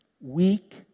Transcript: weak